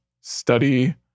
study